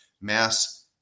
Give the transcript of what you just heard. mass